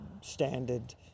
standard